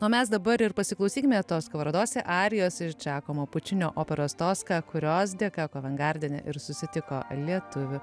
o mes dabar ir pasiklausykime tos kvaradosi arijos iš džakomo pučinio operos toska kurios dėka avangardine ir susitiko lietuvių